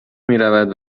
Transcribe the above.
میرود